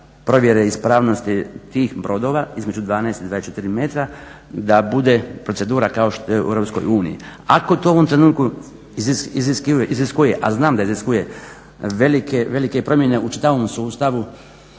provjere ispravnosti tih brodova između 12 i 24 metra da bude procedura kao što je u EU. Ako to u ovom trenutku iziskuje a znam da iziskuje velike promjene u čitavom sustavu